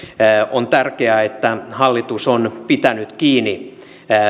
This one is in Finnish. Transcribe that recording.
on tärkeää että hallitus on pitänyt kiinni